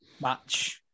match